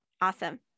Awesome